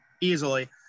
easily